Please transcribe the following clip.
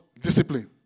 Discipline